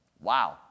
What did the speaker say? Wow